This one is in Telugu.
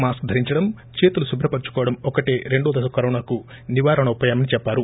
మాస్క్ ధరించడం చేతులు శుభ్రపరుచుకోవడం ఒక్కటే రెండో దశ కరోనాకు నివారణోపాయమని చెప్సారు